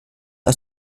aus